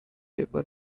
paper